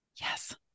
Yes